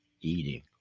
eating